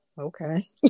okay